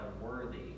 worthy